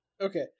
Okay